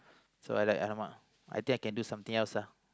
so I like !alamak! I think I can do something else ah